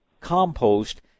compost